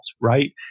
right